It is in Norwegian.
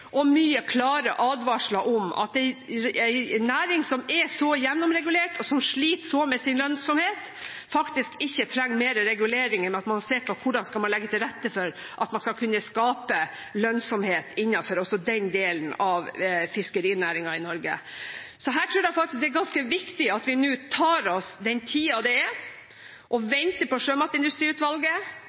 det mye tommelen ned og mange klare advarsler om at en næring som er så gjennomregulert, og som sliter sånn med sin lønnsomhet, faktisk ikke trenger mer regulering, men å se på hvordan man skal legge til rette for at man skal kunne skape lønnsomhet innenfor også den delen av fiskerinæringen i Norge. Så her tror jeg faktisk det er ganske viktig at vi nå tar oss tid til å vente på Sjømatindustriutvalget.